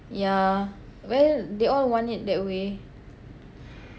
yeah well they all want it that way